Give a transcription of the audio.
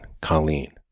colleen